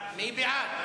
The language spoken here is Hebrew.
מי בעד?